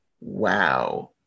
wow